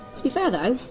to be fair, though,